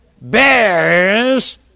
bears